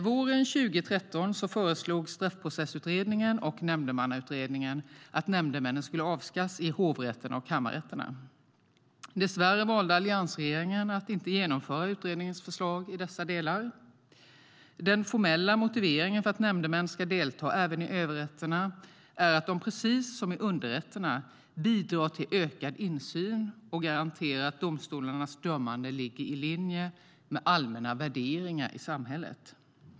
Våren 2013 föreslog Straffprocessutredningen och Nämndemannautredningen att nämndemännen ska avskaffas i hovrätterna och kammarrätterna. Dessvärre valde alliansregeringen att inte genomföra utredningens förslag i dessa delar. Den formella motiveringen för att nämndemän ska delta även i överrätterna är att de precis som i underrätterna bidrar till ökad insyn och garanterar att domstolarnas dömande ligger i linje med allmänna värderingar i samhället.